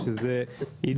עידית,